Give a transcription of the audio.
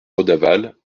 redavalle